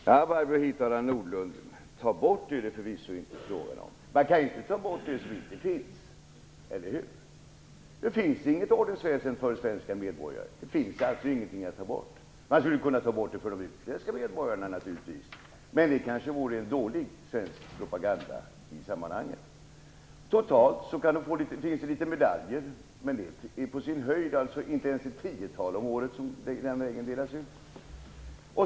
Fru talman! Det är förvissa inte fråga om att ta bort ordensväsendet, Barbro Hietala Nordlund. Man kan inte ta bort det som inte finns, eller hur? Det finns inget ordensväsende för svenska medborgare. Alltså finns det ingenting att ta bort. Man skulle naturligtvis kunna ta bort det för de utländska medborgarna, men det vore kanske en dålig svensk propaganda. Det finns visserligen några medaljer, men det är inte ens ett tiotal om året som delas ut.